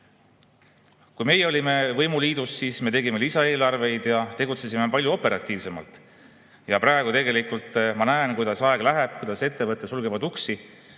Kui meie olime võimuliidus, siis me tegime lisaeelarveid ja tegutsesime palju operatiivsemalt. Praegu tegelikult ma näen, kuidas aeg läheb, kuidas ettevõtted sulgevad uksi